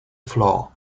flaw